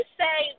say